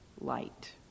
light